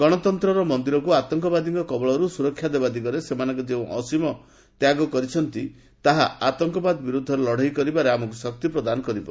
ଗଣତନ୍ତ୍ରର ମନ୍ଦିରକୁ ଆତଙ୍କବାଦୀଙ୍କ କବଳରୁ ସୁରକ୍ଷା ଦେବା ଦିଗରେ ସେମାନଙ୍କର ଯେଉଁ ଅସୀମ ତ୍ୟାଗ ରହିଛି ତାହା ଆତଙ୍କବାଦ ବିରୋଧରେ ଲଢ଼େଇ କରିବାରେ ଆମକୁ ଶକ୍ତି ପ୍ରଦାନ କରିବ